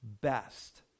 best